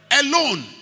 Alone